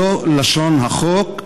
זו לשון החוק,